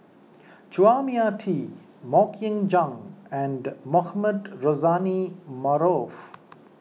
Chua Mia Tee Mok Ying Jang and Mohamed Rozani Maarof